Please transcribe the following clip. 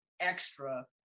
extra